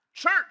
Church